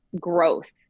growth